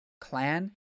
clan